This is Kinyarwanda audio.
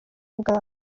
bwawe